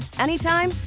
anytime